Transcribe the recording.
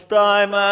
time